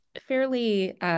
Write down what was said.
fairly